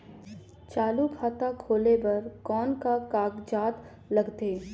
चालू खाता खोले बर कौन का कागजात लगथे?